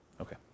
Okay